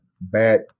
bad